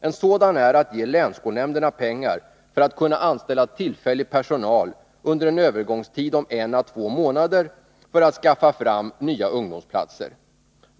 En sådan är att ge länsskolnämnderna pengar för att kunna anställa tillfällig personal som under en övergångstid om en-två månader skall skaffa fram nya ungdomsplatser.